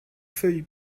feuille